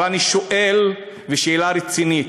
אבל אני שואל שאלה רצינית: